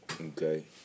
Okay